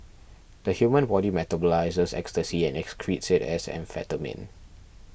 the human body metabolises ecstasy and excretes it as amphetamine